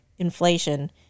inflation